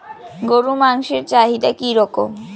গরুর মাংসের চাহিদা কি রকম?